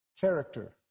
character